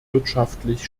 wirtschaftlich